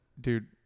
dude